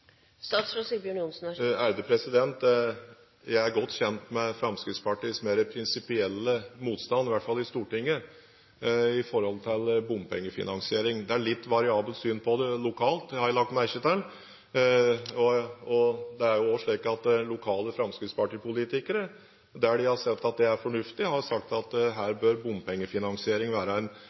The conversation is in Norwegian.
Jeg er godt kjent med Fremskrittspartiets mer prinsipielle motstand – i hvert fall i Stortinget – når det gjelder bompengefinansiering. Det er litt variabelt syn på det lokalt, har jeg lagt merke til. Det er jo òg slik at lokale fremskrittspartipolitikere, der de har sett at det er fornuftig, har sagt at her bør bompengefinansieringen være en